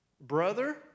brother